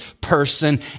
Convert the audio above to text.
person